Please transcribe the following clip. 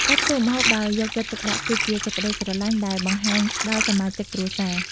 ការធ្វើម្ហូបដោយយកចិត្តទុកដាក់ គឺជាសេចក្ដីស្រលាញ់ដែលបង្ហាញដល់សមាជិកគ្រួសារ។